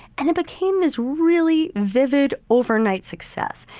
and it became this really vivid overnight success.